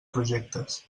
projectes